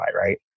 right